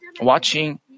watching